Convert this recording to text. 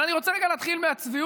ואני רוצה רגע להתחיל מהצביעות.